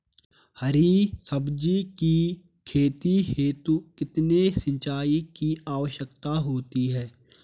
हरी सब्जी की खेती हेतु कितने सिंचाई की आवश्यकता होती है?